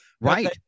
right